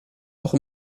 auch